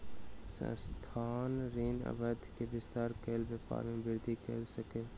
संस्थान, ऋण अवधि के विस्तार कय के व्यापार में वृद्धि कय सकल